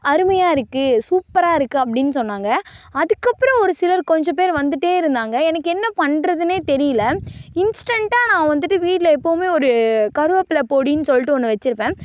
அருமையாக இருக்குது சூப்பராக இருக்குது அப்படினு சொன்னாங்க அதுக்கப்புறம் ஒருசிலர் கொஞ்ச பேர் வந்துட்டே இருந்தாங்க எனக்கு என்ன பண்ணுறதுனே தெரியல இன்ஸ்டெண்டாக நான் வந்துட்டு வீட்டில எப்போவுமே ஒரு கருவப்பிலை பொடினு சொல்லிட்டு ஒன்று வச்சிருப்பேன்